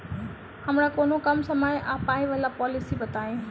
हमरा कोनो कम समय आ पाई वला पोलिसी बताई?